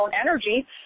energy